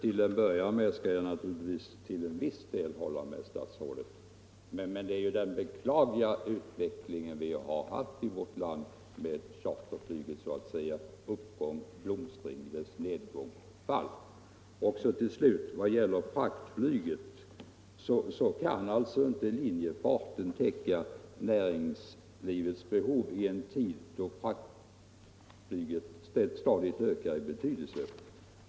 Herr talman! Inledningsvis skall jag till viss del hålla med statsrådet. Men vad jag velat peka på är den utveckling vi haft i vårt land med först charterflygets uppgång och blomstring och sedan beklagligtvis dess nedgång och fall. Vad gäller fraktflyget kan ju inte linjefarten täcka näringslivets behov i en tid då fraktflyget stadigt ökat i betydelse.